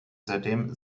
seitdem